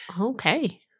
Okay